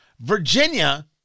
Virginia